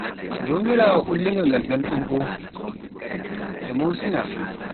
Joomiraawo ullinga nganɗon ɗon boo e moosina.